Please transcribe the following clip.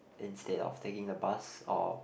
instead of taking the bus or